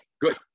good